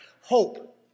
hope